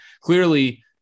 clearly –